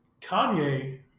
Kanye